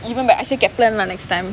even I say Kaplan lah next time